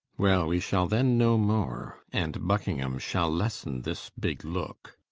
well, we shall then know more, and buckingham shall lessen this bigge looke.